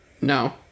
no